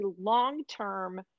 long-term